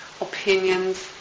opinions